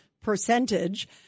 percentage